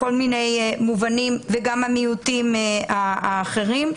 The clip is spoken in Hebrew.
בכל מיני מובנים, וגם מיעוטים אחרים.